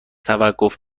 توقف